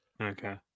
Okay